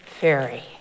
fairy